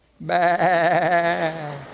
back